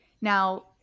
now